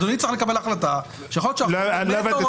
אדוני צריך לקבל החלטה שהחוק שאנחנו --- לא הבנתי.